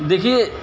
देखिए